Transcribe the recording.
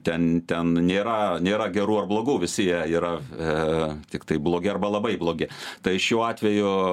ten ten nėra nėra gerų ar blogų visi jie yra tiktai blogi arba labai blogi tai šiuo atveju